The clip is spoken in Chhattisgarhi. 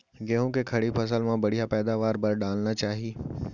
गेहूँ के खड़ी फसल मा बढ़िया पैदावार बर का डालना चाही?